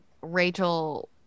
rachel